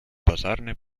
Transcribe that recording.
базарной